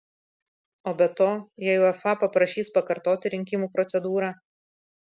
o be to jei uefa paprašys pakartoti rinkimų procedūrą